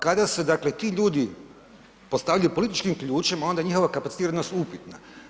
Kada se dakle ti ljudi postavljaju političkim ključem onda je njihova kapacitiranost upitna.